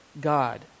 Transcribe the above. God